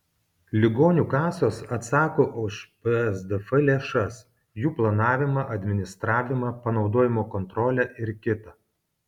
ligonių kasos atsako už psdf lėšas jų planavimą administravimą panaudojimo kontrolę ir kita